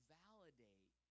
validate